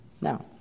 Now